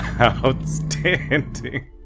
Outstanding